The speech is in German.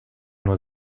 nur